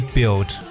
Built